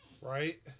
right